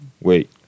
Wait